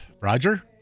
Roger